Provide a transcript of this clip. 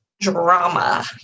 drama